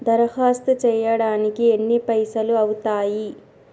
దరఖాస్తు చేయడానికి ఎన్ని పైసలు అవుతయీ?